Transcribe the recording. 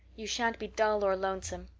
you sha'n't be dull or lonesome.